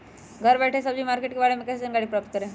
घर बैठे सब्जी मार्केट के बारे में कैसे जानकारी प्राप्त करें?